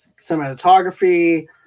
cinematography